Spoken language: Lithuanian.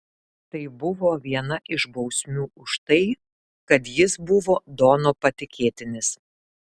tai buvo viena iš bausmių už tai kad jis buvo dono patikėtinis